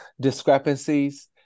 discrepancies